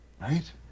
Right